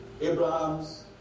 Abraham's